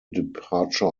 departure